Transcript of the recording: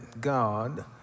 God